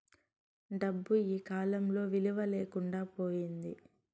డబ్బు ఈకాలంలో విలువ లేకుండా పోయింది